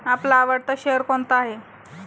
आपला आवडता शेअर कोणता आहे?